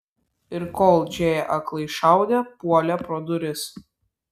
ir kol džėja aklai šaudė puolė pro duris